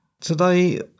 Today